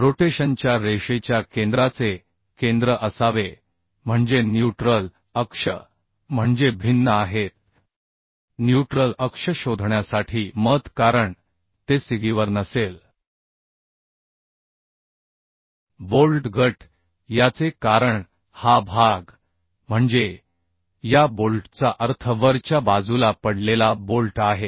रोटेशनच्या रेषेच्या केंद्राचे केंद्र असावे म्हणजे न्यूट्रल अक्ष म्हणजे भिन्न आहेत न्यूट्रल अक्ष शोधण्यासाठी मत कारण ते सिगीवर नसेल बोल्ट गट याचे कारण हा भाग म्हणजे या बोल्टचा अर्थ वरच्या बाजूला पडलेला बोल्ट आहे